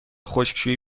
خشکشویی